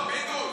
לא, פינדרוס.